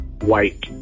White